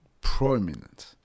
prominent